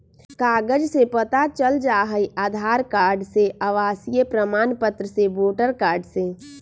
कागज से पता चल जाहई, आधार कार्ड से, आवासीय प्रमाण पत्र से, वोटर कार्ड से?